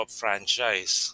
franchise